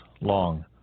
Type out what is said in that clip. long